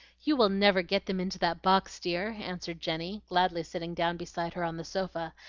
you will never get them into that box, dear, answered jenny, gladly sitting down beside her on the sofa,